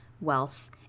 wealth